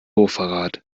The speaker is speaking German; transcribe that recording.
hochverrat